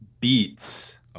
Beats